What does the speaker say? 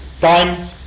time